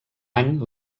any